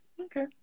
Okay